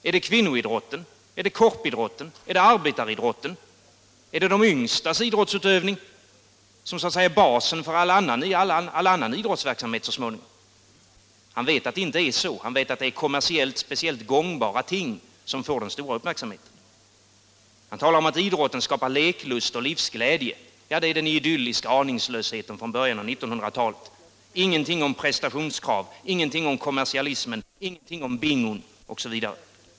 Är det kvinnoidrotten, korpidrotten, arbetaridrotten, de yngstas idrottsutövning, som så att säga är basen för alla annan idrottsverksamhet, som får ökad uppmärksamhet? Han vet att det inte är så, utan att det är kommersiellt speciellt gångbara ting som får den stora uppmärksamheten. Han talar om att idrotten skapar leklust och livsglädje. Ja, det är den idylliska aningslösheten från början av 1900-talet — ingenting om prestationskrav, ingenting om kommersialism, ingenting om bingo osv.